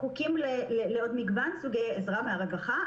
שזקוקים לעוד מגוון וסוגים של עזרה מהרווחה.